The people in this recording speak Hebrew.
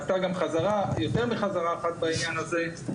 היתה גם יותר מחזרה אחת בעניין הזה.